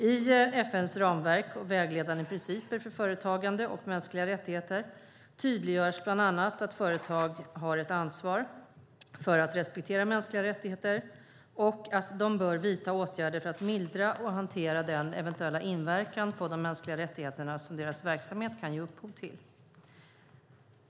I FN:s ramverk och vägledande principer för företagande och mänskliga rättigheter tydliggörs bland annat att företag har ett ansvar för att respektera mänskliga rättigheter, och de bör vidta åtgärder för att mildra och hantera den eventuella inverkan på de mänskliga rättigheterna som deras verksamhet kan ge upphov till.